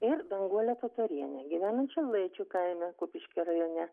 ir danguolę tatorienę gyvenančią laičių kaime kupiškio rajone